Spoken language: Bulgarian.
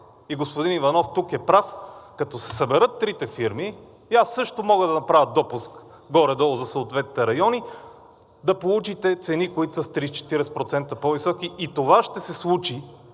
и господин Иванов тук е прав, като се съберат трите фирми, и аз също мога да направя допуск горе-долу за съответните райони, да получите цени, които са с цели 30 – 40% по-високи. И това ще се случи,